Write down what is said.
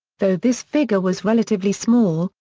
though this figure was relatively small,